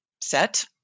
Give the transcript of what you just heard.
set